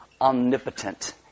omnipotent